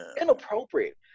inappropriate